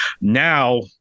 Now